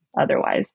otherwise